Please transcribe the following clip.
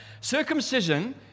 Circumcision